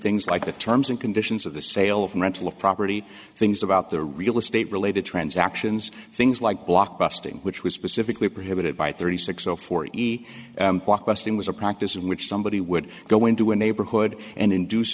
things like the terms and conditions of the sale of mental of property things about their real estate related transactions things like blockbusting which was specifically prohibited by thirty six so for easy question was a practice in which somebody would go into a neighborhood and induce